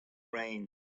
rain